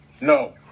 No